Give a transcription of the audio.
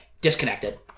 Disconnected